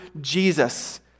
Jesus